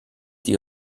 die